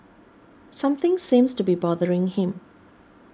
something seems to be bothering him